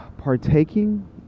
partaking